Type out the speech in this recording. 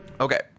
Okay